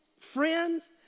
friends